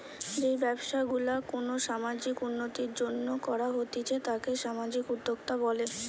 যেই ব্যবসা গুলা কোনো সামাজিক উন্নতির জন্য করা হতিছে তাকে সামাজিক উদ্যোক্তা বলে